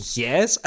yes